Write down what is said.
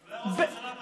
אולי ראש הממשלה בצל,